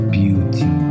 beauty